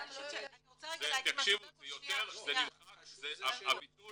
תקשיבו, ביטול